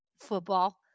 Football